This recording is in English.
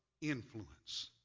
influence